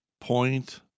point